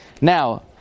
Now